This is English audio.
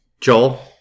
Joel